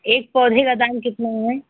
एक पौधे का दाम कितना है